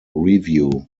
review